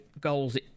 goals